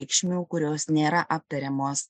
reikšmių kurios nėra aptariamos